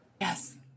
Yes